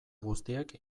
guztiek